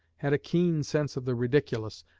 had a keen sense of the ridiculous,